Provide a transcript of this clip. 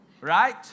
right